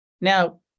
Now